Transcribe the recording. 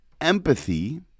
Empathy